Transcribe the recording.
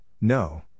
No